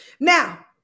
now